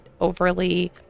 overly